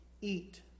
eat